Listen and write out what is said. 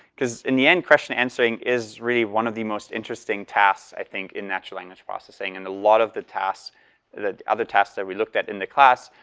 in the end, question answering is really one of the most interesting tasks, i think, in natural language processing. and a lot of the tasks that other task that we looked at in the class.